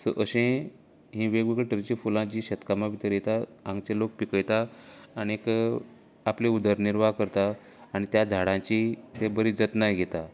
so अशें ही वेगवेगळी तरेची फुलां जी शेत कामां भितर येता हांगची लोक पिकयता आनीक आपली उदर निर्वार करतात आनी त्या झाडांची ते बरी जतनाय घेतात